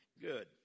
Good